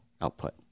output